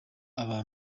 aba